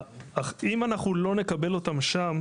אם אנחנו לא נקבל אותם שם,